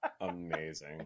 Amazing